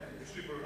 כן, יש לי ברירה?